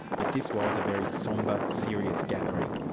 but this was a very sombre, serious gathering,